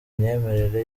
myemerere